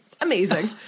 Amazing